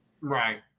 Right